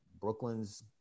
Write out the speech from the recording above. Brooklyn's